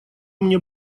мне